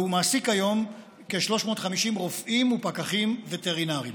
והוא מעסיק היום כ-350 רופאים ופקחים וטרינריים.